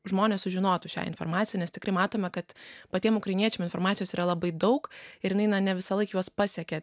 žmonės sužinotų šią informaciją nes tikrai matome kad patiems ukrainiečiams informacijos yra labai daug ir jinai na ne visąlaik juos pasiekia